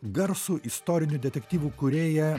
garsų istorinių detektyvų kūrėją